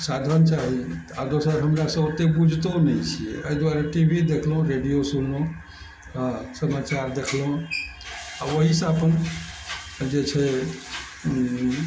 साधन चाही आओर दोसर हमरा सब ओते बुझितो नहि छियै अइ दुआरे टी वी देखलहुँ रेडियो सुनलहुँ समाचार देखलहुँ आओर ओहिसँ अपन जे छै